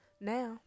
Now